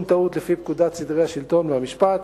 טעות לפי פקודת סדרי השלטון והמשפט,